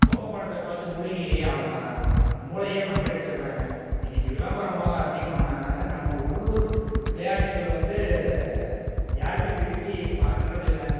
பொம்மை படத்தை பார்த்து முழ்கி அவங்க மூளையே மழுங்கடிச்சிட்றாங்க இன்றைக்கி விளம்பரம் மோகம் அதிகமானதுனால் நம்ம உள்ளூர் விளையாட்டுகள் வந்து யாருமே விரும்பி பண்ணுறதில்ல